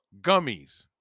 gummies